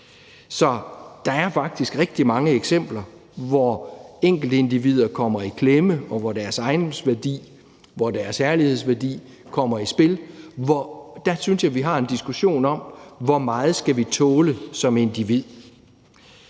Så der er faktisk rigtig mange eksempler, hvor enkeltindivider kommer i klemme, og hvor deres ejendomsværdi og deres herlighedsværdi kommer i spil. Der synes jeg, at vi må have en diskussion om, hvor meget vi skal tåle som individer.